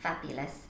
Fabulous